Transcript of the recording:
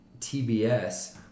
TBS